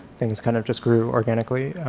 things kind of just grew organically.